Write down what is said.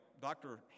Dr